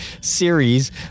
series